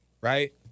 Right